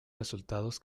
resultados